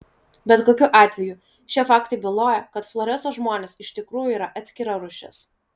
bet kokiu atveju šie faktai byloja kad floreso žmonės iš tikrųjų yra atskira rūšis